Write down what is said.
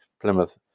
Plymouth